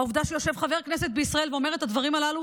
העובדה שיושב חבר כנסת בישראל ואומר את הדברים הללו